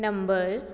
number